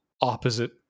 opposite